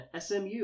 SMU